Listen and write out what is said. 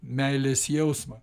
meilės jausmą